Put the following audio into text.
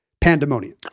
pandemonium